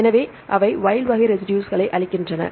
எனவே அவை வைல்ட் வகை ரெசிடுஸ்களை அளிக்கின்றன